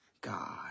God